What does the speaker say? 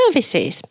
services